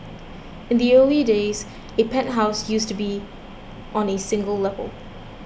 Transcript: in the early days a penthouse used to be on a single level